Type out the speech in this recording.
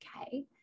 Okay